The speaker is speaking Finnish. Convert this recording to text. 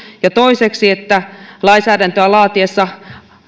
toiseksi että lainsäädäntöä laatiessa